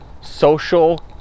Social